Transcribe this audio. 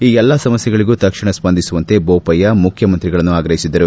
ಈ ಎಲ್ಲಾ ಸಮಸ್ಕೆಗಳಿಗೂ ತಕ್ಷಣ ಸ್ಪಂದಿಸುವಂತೆ ಬೋಪಯ್ಕ ಮುಖ್ಯಮಂತ್ರಿಗಳನ್ನು ಆಗ್ರಹಿಸಿದರು